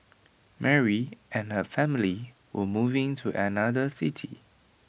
Mary and her family were moving to another city